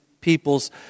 peoples